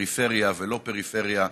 פריפריה ולא פריפריה,